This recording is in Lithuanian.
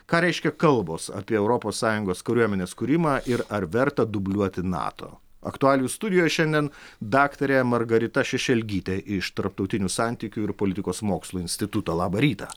ką reiškia kalbos apie europos sąjungos kariuomenės kūrimą ir ar verta dubliuoti nato aktualijų studijoj šiandien daktarė margarita šešelgytė iš tarptautinių santykių ir politikos mokslų instituto labą rytą